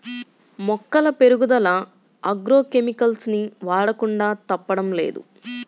మొక్కల పెరుగుదల agro chemicals ని వాడకుండా తప్పడం లేదు